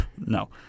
No